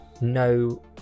no